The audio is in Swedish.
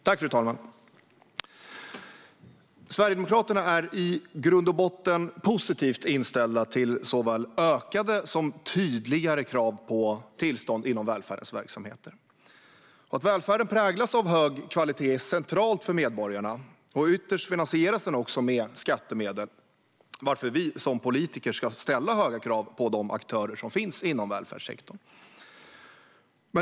Fru talman! Sverigedemokraterna är i grund och botten positivt inställda till såväl ökade som tydligare krav på tillstånd inom välfärdens verksamheter. Att välfärden präglas av hög kvalitet är centralt för medborgarna. Ytterst finansieras den med skattemedel, varför vi som politiker ska ställa höga krav på de aktörer som finns inom välfärdssektorn.